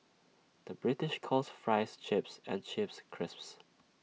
the British calls Fries Chips and Chips Crisps